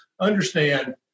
understand